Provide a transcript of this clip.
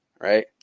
Right